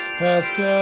past